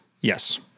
Yes